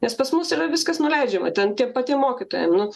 nes pas mus yra viskas nuleidžiama ten tiem patiem mokytojam nu